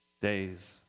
days